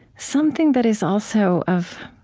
something that is also of